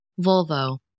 Volvo